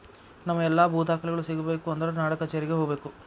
ನಮ್ಮ ಎಲ್ಲಾ ಭೂ ದಾಖಲೆಗಳು ಸಿಗಬೇಕು ಅಂದ್ರ ನಾಡಕಛೇರಿಗೆ ಹೋಗಬೇಕು